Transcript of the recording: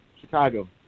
Chicago